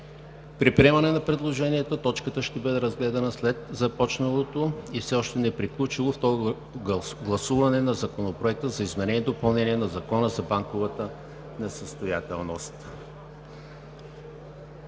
При приемане на предложението точката ще бъде разгледана след започналото и все още неприключило второ гласуване на Законопроекта за изменение и допълнение на Закона за банковата несъстоятелност.